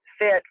fit